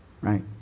right